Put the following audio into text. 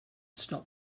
stop